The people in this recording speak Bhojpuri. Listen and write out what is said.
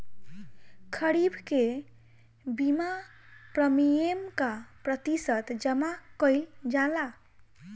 खरीफ के बीमा प्रमिएम क प्रतिशत जमा कयील जाला?